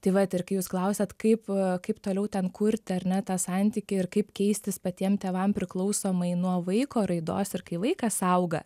tai vat ir kai jūs klausiat kaip kaip toliau ten kurti ar ne tą santykį ir kaip keistis patiem tėvam priklausomai nuo vaiko raidos ir kai vaikas auga